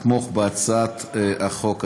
לתמוך בהצעת החוק הזאת.